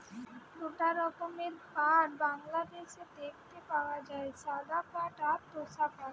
দুইটা রকমের পাট বাংলাদেশে দেখতে পাওয়া যায়, সাদা পাট আর তোষা পাট